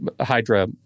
Hydra